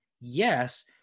Yes